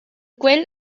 quel